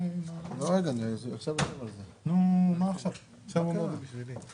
עכשיו אתם שומעים ורואים אותי?